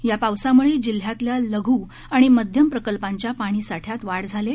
या पावसामुळे जिल्ह्यातल्या लघु आणि मध्यम प्रकल्पांच्या पाणी साठ्यात वाढ झाली आहे